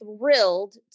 thrilled